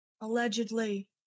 allegedly